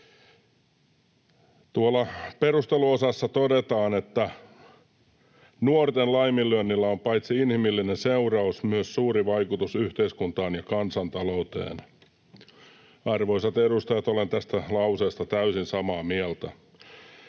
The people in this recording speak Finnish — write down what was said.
Tuolla perusteluosassa todetaan, että nuorten laiminlyönnillä on paitsi inhimillinen seuraus myös suuri vaikutus yhteiskuntaan ja kansantalouteen. Arvoisat edustajat, olen tästä lauseesta täysin samaa mieltä.